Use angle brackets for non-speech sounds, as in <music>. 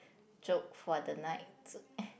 joke for the night <breath>